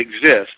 exist